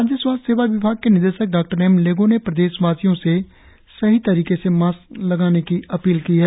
राज्य स्वास्थ सेवा विभाग के निदेशक डॉएम लेगो ने प्रदेश वासियों से सही तरीके से मास्क लगाने की अपील की है